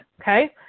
Okay